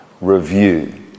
review